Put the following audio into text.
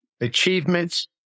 Achievements